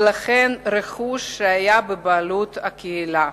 וכן רכוש שהיה בבעלות הקהילה.